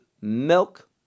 milk